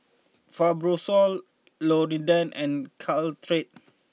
Fibrosol Polident and Caltrate